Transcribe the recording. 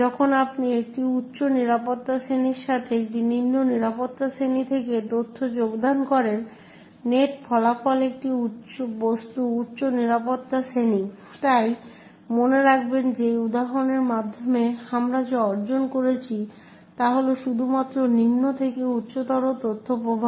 যখন আপনি একটি উচ্চ নিরাপত্তা শ্রেণীর সাথে একটি নিম্ন নিরাপত্তা শ্রেণী থেকে তথ্য যোগদান করেন নেট ফলাফল একটি বস্তু উচ্চ নিরাপত্তা শ্রেণী তাই মনে রাখবেন যে এই উদাহরণের মাধ্যমে আমরা যা অর্জন করছি তা হল শুধুমাত্র নিম্ন থেকে উচ্চতর তথ্য প্রবাহ